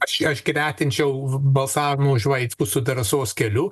aš aš gretinčiau balsavimą už vaitkų su drąsos keliu